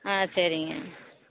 ஆ சரிங்க